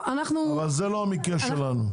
אבל זה לא המקרה שלנו.